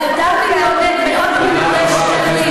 את אותם מאות מיליוני שקלים,